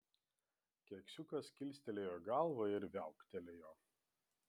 keksiukas kilstelėjo galvą ir viauktelėjo